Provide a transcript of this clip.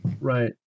right